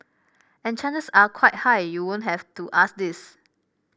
and chances are quite high you won't have to ask this